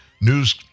News